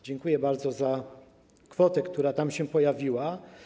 Dziękuję bardzo za kwotę, która tam się pojawiła.